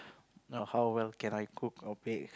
now how well can I cook or bake